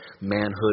manhood